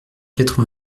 quatre